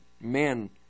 men